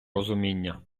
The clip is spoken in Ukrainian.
розуміння